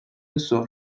سرخ